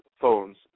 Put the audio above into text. phones